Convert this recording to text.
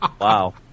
Wow